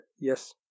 Yes